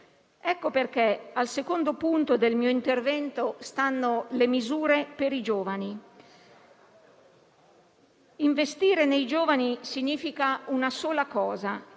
Per quanto, al secondo punto del mio intervento, si trovano le misure per i giovani. Investire nei giovani significa una sola cosa: